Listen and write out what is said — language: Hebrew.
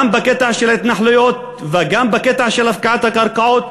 גם בקטע של ההתנחלויות וגם בקטע של הפקעת הקרקעות,